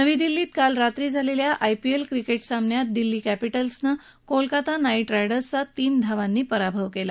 नवी दिल्लीत काल रात्री झालेल्या आयपीएल क्रिकेट सामन्यात दिल्ली कॅपिटल्सनं कोलकाता नाईट रायडर्सचा तीन धावांनी पराभव केला